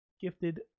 Gifted